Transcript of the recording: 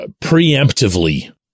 preemptively